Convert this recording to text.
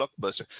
Blockbuster